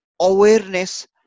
awareness